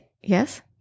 Yes